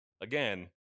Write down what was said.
again